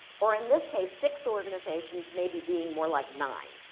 or, in this case, six organizations maybe being more like nine.